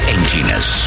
Emptiness